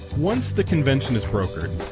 once the convention is brokered,